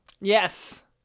Yes